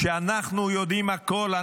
של "אנחנו יודעים הכול",